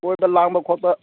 ꯀꯣꯏꯕ ꯂꯥꯡꯕ ꯈꯣꯠꯄ